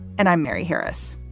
and i'm mary harris.